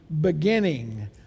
beginning